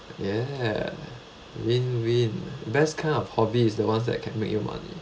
ya win win best kind of hobby is the ones that can make you money